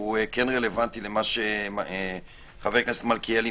וכן רלוונטי למה שחבר הכנסת מלכיאלי